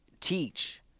teach